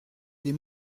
des